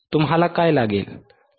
तुम्हाला काय लागेल